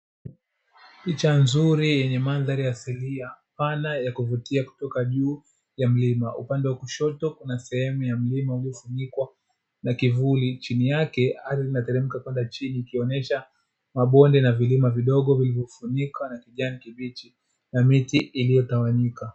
Picha nzuri yenye madhari asilia pana ya kuvutia kutoka juu ya mlima, upande wa kushoto kuna sehemu ya mlima uliofunikwa na kivuli. Chini yake ardhi inateremka mpaka chini ikionyesha mabonde na vilima vidogo vilivyofunikwa na kijani kibichi na miti iliyotawanyika.